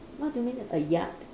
what do you mean a yard